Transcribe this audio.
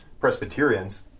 Presbyterians